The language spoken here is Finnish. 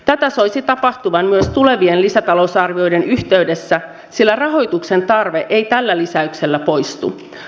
tätä soisi tapahtuvan myös tulevien lisätalousarvioiden yhteydessä sillä rahoituksen tarve ei tällä lisäyksellä poistu